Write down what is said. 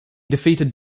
defeated